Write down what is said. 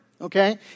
okay